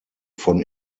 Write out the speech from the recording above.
von